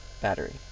battery